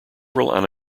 several